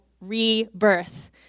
rebirth